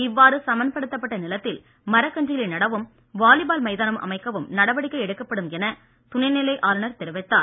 இவ்வாறு சமன்படுத்தப்பட்ட நிலத்தில் மரக்கன்றுகளை நடவும் வாலிபால் மைதானம் அமைக்கவும் நடவடிக்கை எடுக்கப்படும் என துணைநிலை ஆளுநர் தெரிவித்தார்